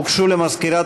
הוגשו למזכירת